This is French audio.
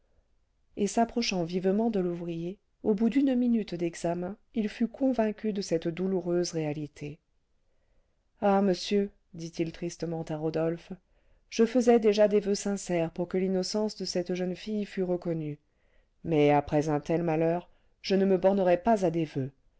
et s'approchant vivement de l'ouvrier au bout d'une minute d'examen il fut convaincu de cette douloureuse réalité ah monsieur dit-il tristement à rodolphe je faisais déjà des voeux sincères pour que l'innocence de cette jeune fille fût reconnue mais après un tel malheur je ne me bornerai pas à des voeux